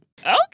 Okay